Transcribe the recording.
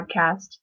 podcast